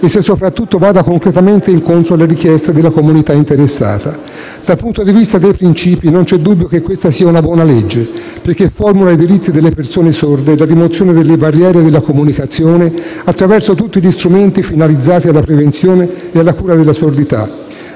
e se, soprattutto, vada concretamente incontro alle richieste della comunità interessata. Dal punto di vista dei principi, non c'è dubbio che questa sia una buona legge, perché formula i diritti delle persone sorde e la rimozione delle barriere della comunicazione attraverso tutti gli strumenti finalizzati alla prevenzione e alla cura della sordità,